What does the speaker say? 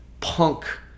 punk